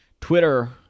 Twitter